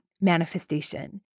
manifestation